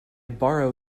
borrow